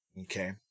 Okay